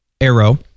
arrow